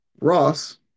Ross